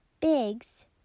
Big's